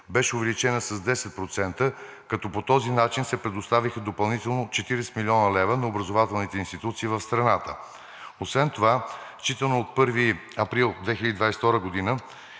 беше увеличена с 10%, като по този начин се предоставиха допълнително 40 млн. лв. на образователните институции в страната. Освен това, считано от 1 април 2022 г.,